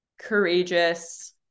courageous